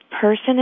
person